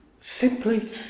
simply